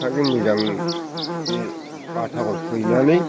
सिखाजों मोजां बे बाथाखौ सैनानै